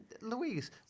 Louise